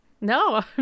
No